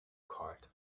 card